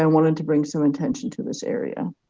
wanted to bring some attention to this area.